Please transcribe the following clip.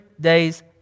day's